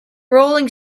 rolling